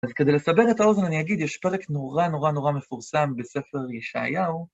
אז כדי לסבר את האוזן, אני אגיד, יש פרק נורא נורא נורא מפורסם בספר ישעיהו.